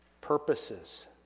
purposes